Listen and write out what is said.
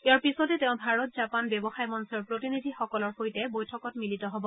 ইয়াৰ পিছতে তেওঁ ভাৰত জাপান ব্যৱসায় মঞ্চৰ প্ৰতিনিধিসকলৰ সৈতে বৈঠকত মিলিত হ'ব